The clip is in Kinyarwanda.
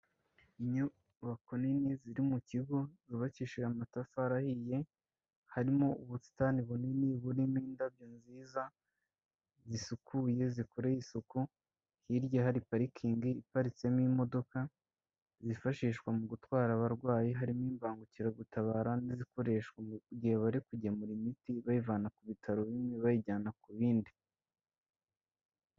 Inyubako nini ziri mu kigo zubabakishije amatafari ahiye, harimo ubusitani bunini burimo indabyo nziza zisukuye zikoreye isuku, hirya hari parikingi iparitsemo imodoka zifashishwa mu gutwara abarwayi, harimo imbangukiragutabara n'izikoreshwa mu gihe bari kugemura imiti bayivana ku bitaro bimwe bayijyana ku bindi.